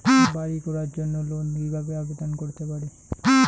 বাড়ি করার জন্য লোন কিভাবে আবেদন করতে পারি?